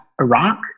Iraq